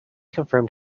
confirmed